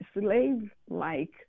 slave-like